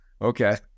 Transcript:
Okay